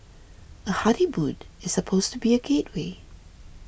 a honeymoon is supposed to be a gateway